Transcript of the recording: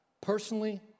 personally